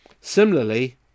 Similarly